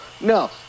No